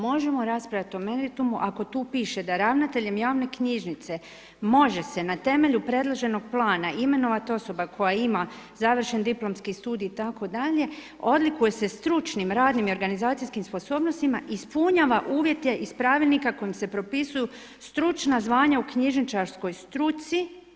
Možemo raspravljati o meritumu ako tu piše da ravnateljem javne knjižnice može se na temelju predloženog plana imenovati osoba koja ima završen diplomski studij itd., odlikuje se stručnim, radnim i organizacijskim sposobnostima, ispunjava uvjete iz pravilnika kojim se propisuju stručna zvanja u knjižničarskoj struci.